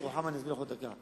רוחמה, אני אסביר לך בעוד דקה.